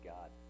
God